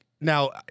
now